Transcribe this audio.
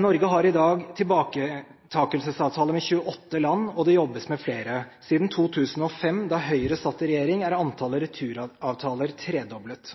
Norge har i dag tilbaketakelsesavtaler med 28 land, og det jobbes med flere. Siden 2005, da Høyre satt i regjering, er antallet returavtaler tredoblet.